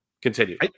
Continue